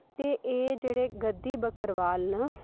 ते एह् जेह्ड़े गद्दी बक्करवाल न